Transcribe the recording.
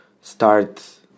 start